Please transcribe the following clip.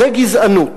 זה גזענות.